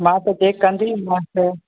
मां त चेक कंदी हुई मासि